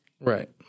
Right